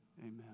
amen